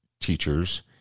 teachers